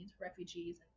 refugees